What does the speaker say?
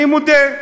אני מודה.